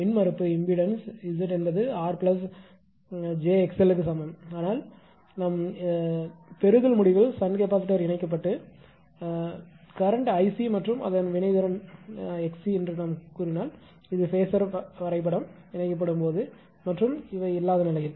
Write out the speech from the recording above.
மின்மறுப்புஇம்பிடேன்ஸ் Z என்பது 𝑟 𝑗𝑥𝑙 க்கு சமம் ஆனால் பெறுதல் முடிவில் ஷன்ட் கெபாசிட்டார் இணைக்கப்பட்டு மின்னோட்டம்கரண்ட் 𝐼𝑐 மற்றும் அதன் வினைத்திறன்ரியாக்ன்ஸ் 𝑥𝑐 என்று சொன்னால் இது ஃபேஸர் வரைபடம் இணைக்கப்படும்போது மற்றும் இல்லாதநிலையில்